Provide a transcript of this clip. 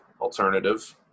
alternative